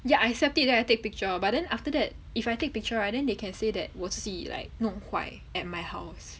ya I accept it then I take picture but then after that if I take picture right then they can say 我自己 like 弄坏 at my house